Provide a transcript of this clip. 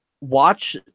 watch